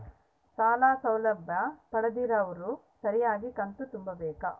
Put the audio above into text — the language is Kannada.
ಸಾಲ ಸೌಲಭ್ಯ ಪಡೆದಿರುವವರು ಸರಿಯಾಗಿ ಕಂತು ತುಂಬಬೇಕು?